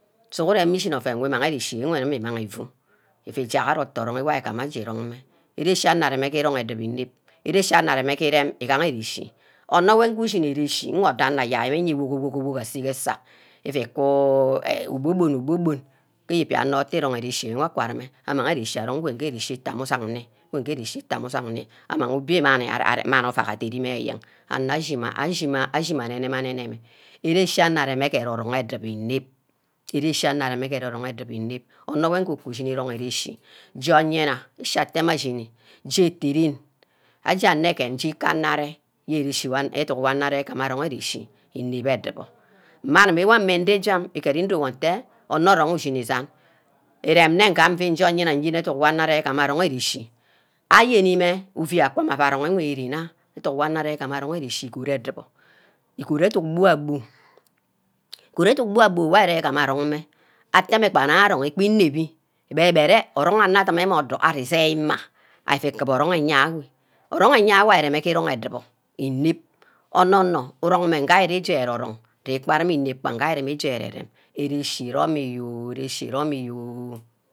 Sughuren mme ishimi ouen wi amang ere-chi ife, ifu jack ari oteh wor ari ifu rong mmeh. ere-chi anor areme ki erong edubor inep, ere-chi anor areme ke irem igaha ere-chi, omor wor ushini ere-chi wor anor ador ayei mmeh wogo-worgo aseh ke eseh, iku iku u obor-bon kiyi- bia wor anor erechi aka numeh among ere-chi anong ge ere-chi itama, wor nge ere-chi itama usang nni, ere-chi itama anng nni amang ere-chi isongni amang obio manu ouack ede-rimeh eyen anor ashimeh ashimeh ane-ne-meh, Ere-chi anor remeh ke erong-erong edubor inep, ere-chi anor eremeh ke ero-rong edubor inep, onor wor uku ishineh erong inep, onor wor uku ishineh erong ere-chi, je anor-yana, iche atameh ashini je ete-ren, ate enegen je ka anor arear akuma imang anng ere-chi inep-edubor, mma animi-meh ndejam igemi ndowor nte onor rong wor ushini isan, irene ngem dumeh nje oyin-na ngear onor agama arong ere-chi, ayenimeh uuey akerong ere-chi we iremeh nna- Aduck wor anor ire-gama arong ere-chi igod edubor, isod educk bu-abu, igod educk bu-abu wor ari gana arong mmeh, attemeh gba nna arongi gbi inep- mmeh, ari ifu nu kuba orong eyeah weh, bawor eyeah wor aua rumi keh irong edubor inep- onor- nor urong mmeh nge ari je ero- rong ari-inep gba ngeh ari jemeh ero-rong, ere-chi irome oh, ere chi erome yo